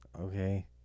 Okay